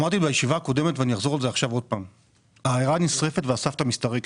אמרתי בישיבה הקודמת שהעיירה נשרפת והסבתא מסתרקת.